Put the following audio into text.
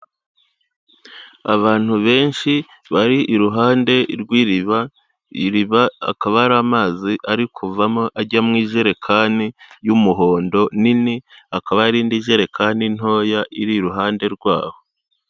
Abantu benshi bari iruhande rw'iriba, iriba akaba ari amazi ari kuvamo ajya mu ijerekani y'umuhondo nini, hakaba hari indi jerekani ntoya iri iruhande rwaho.